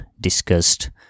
discussed